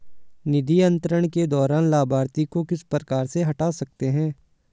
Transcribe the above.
निधि अंतरण के दौरान लाभार्थी को किस प्रकार से हटा सकते हैं?